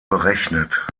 berechnet